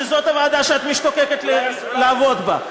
שזאת הוועדה שאת משתוקקת לעבוד בה.